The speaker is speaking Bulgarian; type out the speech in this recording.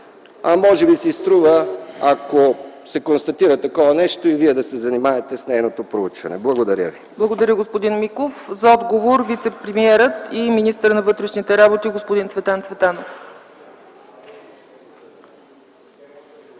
Може би си струва, ако се констатира такова нещо, и Вие да се занимаете с нейното проучване. Благодаря. ПРЕДСЕДАТЕЛ ЦЕЦКА ЦАЧЕВА: Благодаря Ви, господин Миков. За отговор – вицепремиерът и министър на вътрешните работи господин Цветан Цветанов.